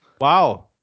wow